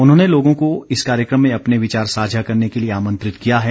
उन्होंने लोगों को इस कार्यक्रम में अपने विचार साझा करने के लिए आमंत्रित किया है